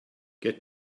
get